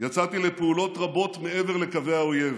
יצאתי לפעולות רבות מעבר לקווי האויב.